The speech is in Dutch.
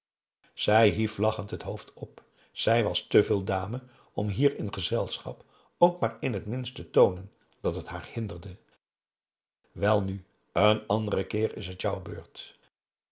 zij hief lachend het hoofd op zij was te veel dame om hier in gezelschap ook maar in het minst te toonen dat het haar hinderde welnu n anderen keer is het jou beurt